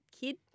kid